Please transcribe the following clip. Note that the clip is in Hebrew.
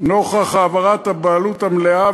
נוכח העברת הבעלות המלאה,